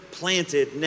planted